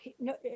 No